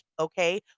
Okay